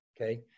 okay